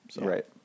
Right